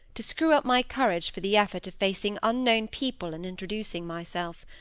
to screw up my courage for the effort of facing unknown people and introducing myself.